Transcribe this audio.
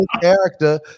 character